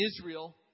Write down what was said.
Israel